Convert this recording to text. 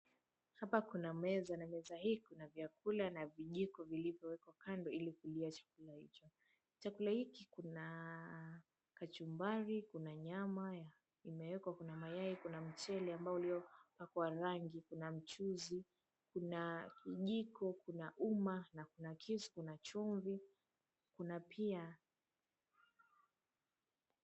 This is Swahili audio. Hapa kuna meza, na meza hii kuna vyakula, kuna vijiko vilivyowekwa kando hili kukulia chakula hicho. Chakula hiki kina kachumbari, kuna nyama iliyowekwa, kuna mayai, kuna mchele iliyowekwa rangi, kuna mchuzi, kuna kijiko, kuna uma, kuna kisu, kuna chumvi, kuna pia...